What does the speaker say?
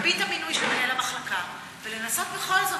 להקפיא את המינוי של מנהל המחלקה ולנסות בכל זאת.